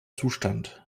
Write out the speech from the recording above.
zustand